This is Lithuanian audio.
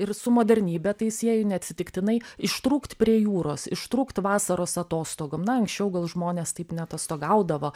ir su modernybe tai sieju neatsitiktinai ištrūkt prie jūros ištrūkt vasaros atostogom anksčiau gal žmonės taip neatostogaudavo